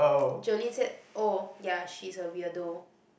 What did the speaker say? Jolene said oh ya she's a weirdo